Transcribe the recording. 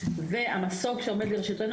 והמסוק שעומד לרשותנו,